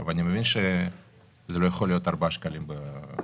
אני מבין שזה לא יכול להיות ארבעה שקלים למכירה